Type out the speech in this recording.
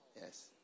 Yes